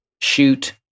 shoot